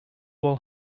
while